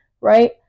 right